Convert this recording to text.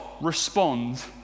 respond